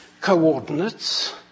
coordinates